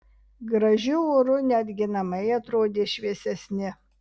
gražiu oru netgi namai atrodė šviesesni